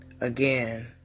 again